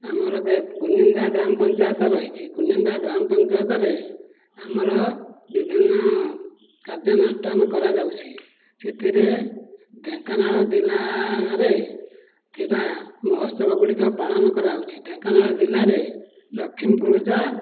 ଆମର କୁନିନ୍ଦା ଗ୍ରାମ ପଞ୍ଚାୟତ ରହିଛି କୁନିନ୍ଦା ଗ୍ରାମ ପଞ୍ଚାୟତରେ ଆମର ବିଭିନ୍ନ କାର୍ଯ୍ୟାନୁଷ୍ଠାନ କରାଯାଉଛି ସେଥିରେ ଢ଼େଙ୍କାନାଳ ଜିଲ୍ଲାରେ ଥିବା ମହୋତ୍ସବ ଗୁଡ଼ିକ ପାଳନ କରାଯାଉଛି ଢ଼େଙ୍କାନାଳ ଜିଲ୍ଲାରେ ଲକ୍ଷ୍ମୀ ପୂଜା